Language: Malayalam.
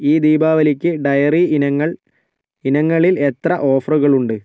ഈ ദീപാവലിക്ക് ഡയറി ഇനങ്ങൾ ഇനങ്ങളിൽ എത്ര ഓഫറുകളുണ്ട്